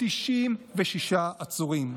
96 עצורים.